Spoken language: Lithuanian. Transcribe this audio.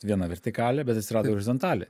viena vertikalė bet atsirado horizontalė